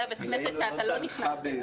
זה בית הכנסת שאתה לא נכנס אליו.